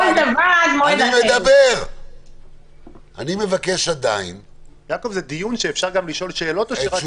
האם מישהו מוכן להסביר לנו למה אי אפשר לעשות את הדבר הזה,